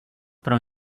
pro